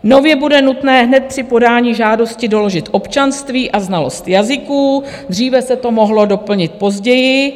Nově bude nutné hned při podání žádosti doložit občanství a znalost jazyků, dříve se to mohlo doplnit později.